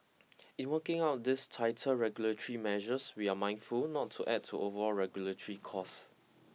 in working out these tighter regulatory measures we're mindful not to add to overall regulatory costs